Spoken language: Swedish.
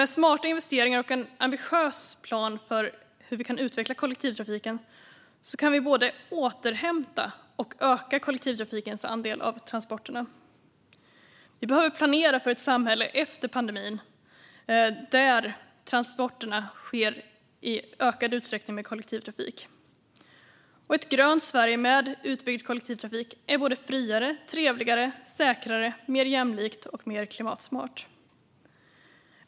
Med smarta investeringar och en ambitiös plan för hur vi kan utveckla kollektivtrafiken kan vi både återhämta och öka kollektivtrafikens andel av transporterna. Vi behöver planera för ett samhälle efter pandemin där transporterna i ökad utsträckning sker med kollektivtrafik. Ett grönt Sverige med utbyggd kollektivtrafik är friare, trevligare, säkrare, mer jämlikt och mer klimatsmart.